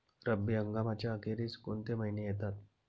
रब्बी हंगामाच्या अखेरीस कोणते महिने येतात?